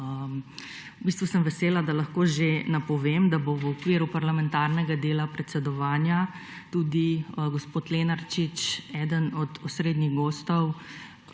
Vesela sem, da lahko že napovem, da bo v okviru parlamentarnega dela predsedovanja tudi gospod Lenarčič eden od osrednjih gostov